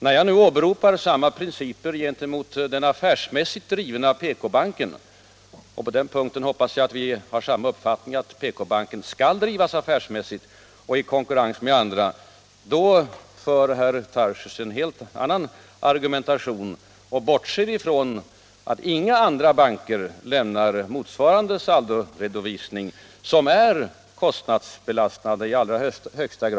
När jag nu åberopar samma principer när det gäller den affärsmässigt drivna PK-banken — jag hoppas att herr Tarschys delar min uppfattning att PK banken skall drivas affärsmässigt och i konkurrens med andra — framför herr Tarschys en helt annan argumentation. Han bortser från att inga andra banker lämnar motsvarande saldoredovisning, som i allra högsta grad är kostnadsbelastande.